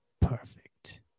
Perfect